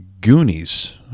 Goonies